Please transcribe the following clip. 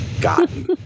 gotten